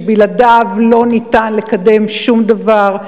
שבלעדיו לא ניתן לקדם שום דבר.